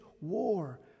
war